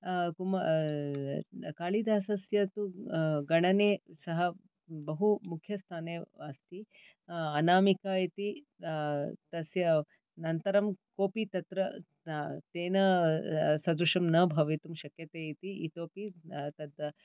कुमा कालिदसस्य तु गणने सः बहु मुख्यस्थाने अस्ति अनामिका इति तस्य अनन्तरं कोऽपि तत्र तेन सदृशं न भवितुं शक्यते इति इतोऽपि तत्